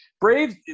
Braves